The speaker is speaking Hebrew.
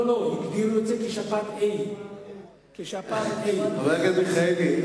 הגדירו את זה כשפעת A. חבר הכנסת מיכאלי,